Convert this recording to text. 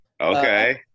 Okay